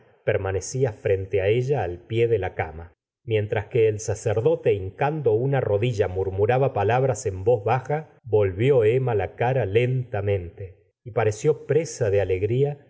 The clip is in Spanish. permanecia frente á ella al pie de la cama mientras que el sacerdote hincando una rodilla murmuraba palabras en voz baja volvió emma la cara lentamente y pareció presa de alegria